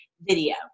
video